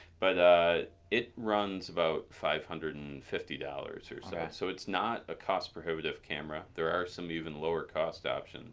but ah it runs about five hundred and fifty dollars or so. so, it's not a cost prohibitive camera. there are some even lower cost options